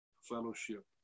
fellowship